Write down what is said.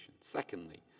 Secondly